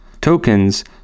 tokens